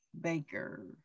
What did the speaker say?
Baker